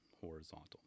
horizontal